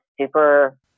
super